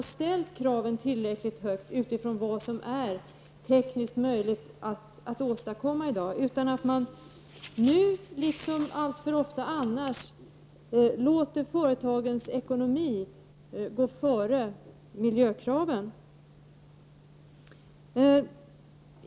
Vi tycker alltså inte att tillräckligt höga krav har ställts med tanke på vad som är tekniskt möjligt att åstadkomma i dag. Nu, liksom alltför ofta annars, låter man företagens ekonomi gå före miljökraven.